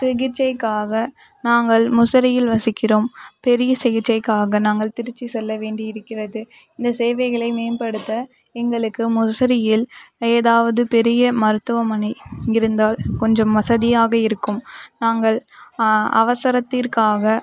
சிகிச்சைக்காக நாங்கள் முசிறியில் வசிக்கிறோம் பெரிய சிகிச்சைக்காக நாங்கள் திருச்சி செல்ல வேண்டி இருக்கிறது இந்த சேவைகளை மேம்படுத்த எங்களுக்கு முசிறியில் ஏதாவது பெரிய மருத்துவமனை இருந்தால் கொஞ்சம் வசதியாக இருக்கும் நாங்கள் அவசரத்திற்காக